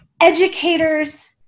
educators